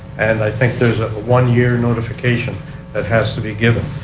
and i think there is one year notification that has to be given.